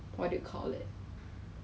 come up with a lot of masks